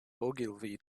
ogilvy